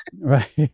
right